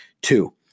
two